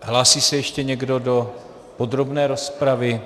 Hlásí se ještě někdo do podrobné rozpravy?